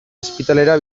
ospitalera